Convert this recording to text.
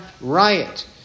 riot